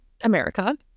America